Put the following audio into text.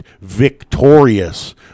victorious